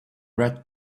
red